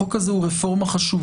החוק הזה הוא רפורמה חשובה,